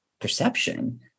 perception